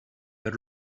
per